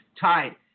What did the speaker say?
tied